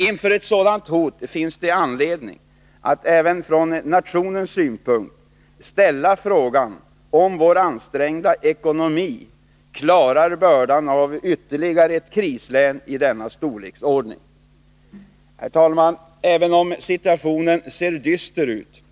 Inför ett sådant hot finns det anledning att även från nationens synpunkt ställa frågan om vår ansträngda ekonomi klarar bördan av ytterligare ett krislän i denna storleksordning. Herr talman! Även om situationen ser dyster ut